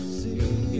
see